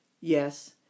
Yes